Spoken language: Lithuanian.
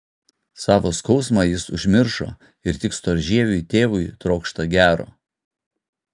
savo skausmą jis užmiršo ir tik storžieviui tėvui trokšta gero